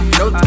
no